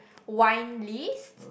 wine list